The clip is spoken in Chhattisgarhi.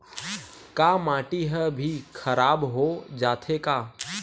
का माटी ह भी खराब हो जाथे का?